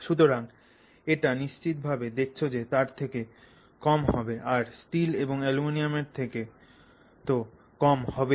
সুতরাং এটা নিশ্চিত ভাবে যা দেখছ তার থেকে কম হবে আর স্টিল এবং অ্যালুমিনিয়ামের থেকে ত কম হবেই